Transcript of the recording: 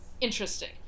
interesting